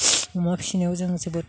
अमा फिसिनायाव जों जोबोद